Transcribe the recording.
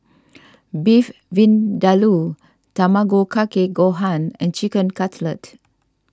Beef Vindaloo Tamago Kake Gohan and Chicken Cutlet